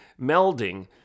melding